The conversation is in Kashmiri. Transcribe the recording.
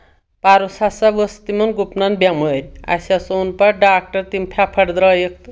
پَرُس ہسا ؤژھ تِمن گُپنن بؠمٲرۍ اَسہِ ہَسا اوٚن پَتہٕ ڈاکٹر تِم پھؠفر درٛٲوِتھ تہٕ